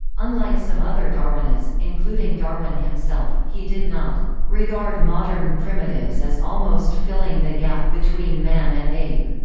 unlike some other darwinists, including darwin himself, he did not regard modern primitives as almost filling the gap between man and ape.